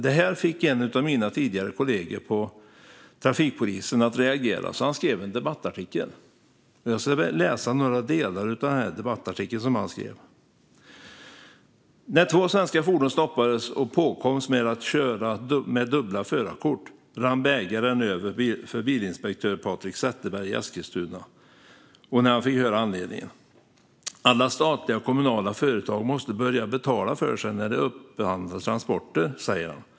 Detta fick en av mina tidigare kollegor på trafikpolisen att reagera, så han skrev en debattartikel. Jag ska läsa några stycken från den. "När två svenska fordon stoppades och påkoms med att köra på dubbla förarkort, rann bägaren över för bilinspektör Patrick Zetterberg i Eskilstuna när han fick höra anledningen. 'Alla statliga och kommunala företag måste börja betala för sig när de upphandlar transporter', säger han.